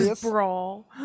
brawl